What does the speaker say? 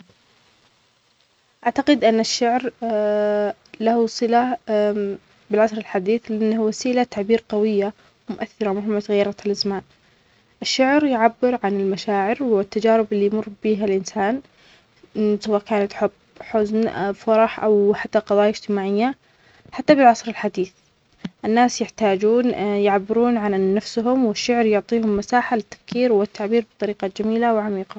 أعتقد أن الشعر له صلة بالعصرالحديث لأنه وسيلة تعبير قوية ومؤثرة مهما تغيرت الأزمان. الشعر يعبر عن المشاعر والتجارب اللي يمر بيها الإنسان سواء كانت حب، حزن، فرح أو حتى قضايا اجتماعية حتى بالعصر الحديث. الناس يحتاجون يعبرون عن نفسهم والشعر يعطيهم مساحة لتفكير والتعبير بطريقة جميلة وعميقة.